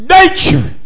nature